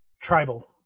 Tribal